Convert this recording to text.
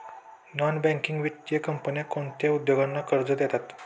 Non banking वित्तीय कंपन्या कोणत्या उद्योगांना कर्ज देतात?